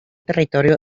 territorio